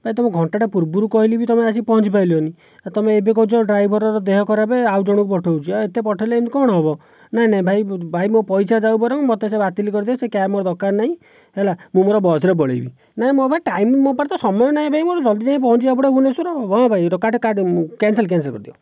ଭାଇ ତୁମକୁ ଘଣ୍ଟାଟିଏ ପୂର୍ବରୁ କହିଲେବି ତୁମେ ଆସିକି ପହଞ୍ଚି ପାରିଲନାହିଁ ଆଉ ତୁମେ ଏବେ କହୁଛ ଡ୍ରାଇଭରର ଦେହ ଖରାପ ଆଉ ଜଣକୁ ପଠାଉଛି ଆଉ ଏତେ ପଠେଇଲେ ଏଇନେ କ'ଣ ହେବ ନାହିଁ ନାହିଁ ଭାଇ ଭାଇ ମୋ' ପଇସା ଯାଉ ବରଂ ମୋତେ ସେ ବାତିଲ୍ କରିଦିଅ ସେ କ୍ୟାବ୍ ମୋର ଦରକାର ନାହିଁ ହେଲା ମୁଁ ମୋର ବସ୍ରେ ପଳାଇବି ନାହିଁ ମୋ' ପାଖେ ଟାଇମ୍ ମୋ' ପାଖରେ ତ ସମୟ ନାହିଁ ଭାଇ ମୋର ଜଲ୍ଦି ଯାଇକି ପହଞ୍ଚିବାକୁ ପଡ଼ିବ ଭୁବନେଶ୍ଵର ହଁ ଭାଇ ରଖ କାଟ କାଟ ମୁଁ କ୍ୟାନ୍ସଲ୍ କ୍ୟାନ୍ସଲ୍ କରିଦିଅ